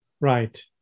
right